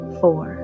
four